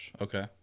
Okay